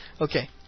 Okay